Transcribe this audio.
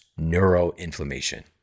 neuroinflammation